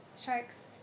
sharks